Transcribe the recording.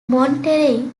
monterey